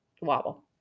Wobble